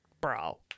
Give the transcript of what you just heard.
bro